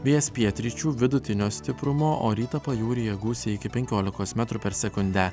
vėjas pietryčių vidutinio stiprumo o rytą pajūryje gūsiai iki penkiolikos metrų per sekundę